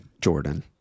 Jordan